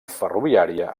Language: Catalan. ferroviària